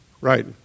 Right